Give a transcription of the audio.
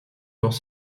dans